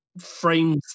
frames